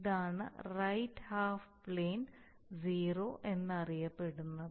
ഇതാണ് right half plane zero എന്നറിയപ്പെടുന്നത്